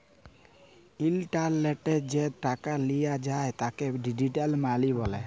ইলটারলেটলে যে টাকাট লিয়া যায় তাকে ডিজিটাল মালি ব্যলে